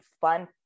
fun